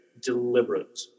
deliberate